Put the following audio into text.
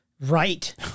Right